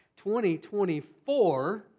2024